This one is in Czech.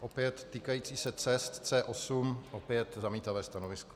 Opět týkající se cest, C8. Opět zamítavé stanovisko.